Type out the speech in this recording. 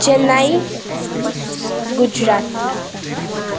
Chennai Gujarat